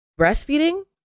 breastfeeding